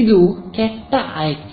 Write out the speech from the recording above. ಇದು ಕೆಟ್ಟ ಆಯ್ಕೆ